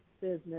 business